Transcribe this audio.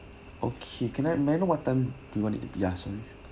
okay can I may what time do you want it to be done